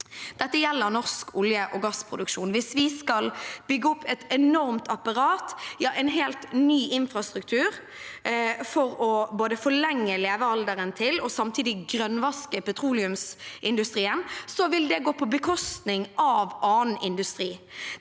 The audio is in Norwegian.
Dette gjelder norsk olje- og gassproduksjon. Hvis vi skal bygge opp et enormt apparat – ja, en helt ny infrastruktur – for både å forlenge levealderen til og samtidig å grønnvaske petroleumsindustrien, vil det gå på bekostning av annen industri.